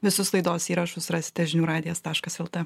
visus laidos įrašus rasite žinių radijas taškas lt